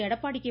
Edappadi K